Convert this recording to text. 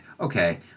okay